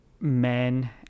Men